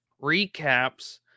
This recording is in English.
recaps